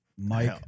Mike